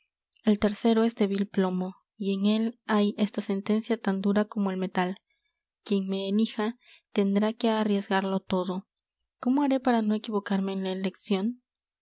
el tercero es de vil plomo y en él hay esta sentencia tan dura como el metal quien me elija tendrá que arriesgarlo todo cómo haré para no equivocarme en la eleccion